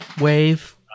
Wave